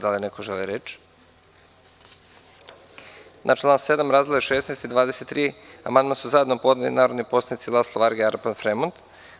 Da li neko želi reč? (Ne.) Na član 7. razdele 16 i 23 amandman su zajedno podneli narodni poslanici Laslo Varga i Arpad Fremond.